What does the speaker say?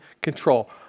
control